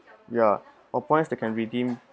ya or points that can redeem